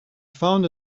found